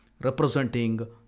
representing